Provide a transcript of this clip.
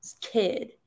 kid